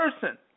person